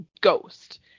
ghost